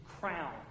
crown